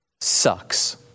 sucks